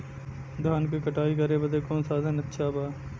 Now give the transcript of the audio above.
धान क कटाई करे बदे कवन साधन अच्छा बा?